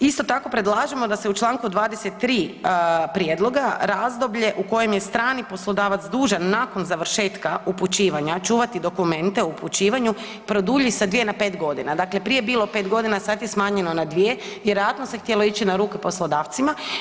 Isto tako predlažemo da se u čl. 23. prijedloga razdoblje u kojem je strani poslodavac dužan nakon završetka upućivanja čuvati dokumente o upućivanju produlji sa dvije na pet godina, dakle prije je bilo pet godina, sad je smanjeno na dvije, vjerojatno se htjelo ići na ruke poslodavcima.